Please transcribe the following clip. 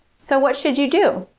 so, what should you do?